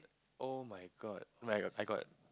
oh-my-god my I got